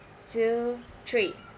two three